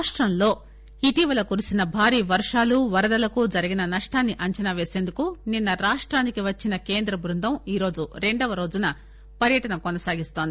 రాష్టంలో ఇటీవల కురిసిన భారీ వర్షాలు వరదలకు జరిగిన నష్టాన్ని అంచనా వేసేందుకు నిన్స రాష్టానికి వచ్చిన కేంద్ర బృందం ఈ రోజు రెండో రోజు పర్యటన కొనసాగిస్తోంది